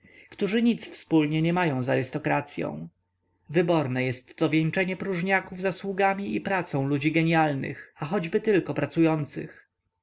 którzy nic wspólnego nie mają z arystokracyą wyborne jestto wieńczenie próżniaków zasługami i pracą ludzi gienialnych a choćby tylko pracujących